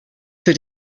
für